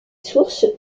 sources